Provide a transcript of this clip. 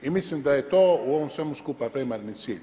I mislim da je to u ovom svemu skupa primarni cilj.